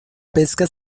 pesca